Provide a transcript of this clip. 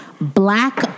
black